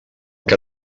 que